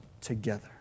together